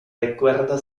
recuerdo